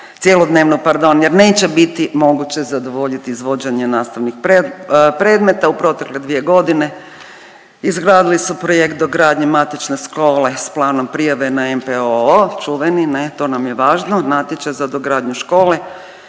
cjelodnevnu pardon, jer neće biti moguće zadovoljiti izvođenje nastavnih predmeta. U protekle 2.g. izgradili su projekt dogradnje matične škole s planom prijave na NPOO, čuvani ne, to nam je važno, natječaj za dogradnju škole,